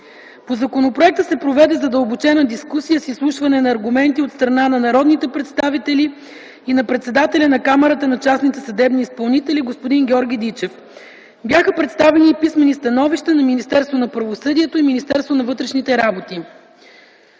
По законопроекта се проведе задълбочена дискусия с изслушване на аргументи от страна на народните представители и на председателя на Камарата на частните съдебни изпълнители господин Георги Дичев. Бяха представени и писмени становища на Министерството на правосъдието и Министерството на вътрешните работи.